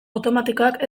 automatikoak